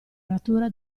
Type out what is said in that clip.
natura